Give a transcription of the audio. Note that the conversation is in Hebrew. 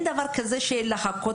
אין דבר כזה לחכות,